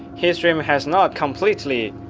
his dream has not completely